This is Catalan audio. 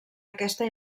aquesta